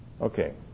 Okay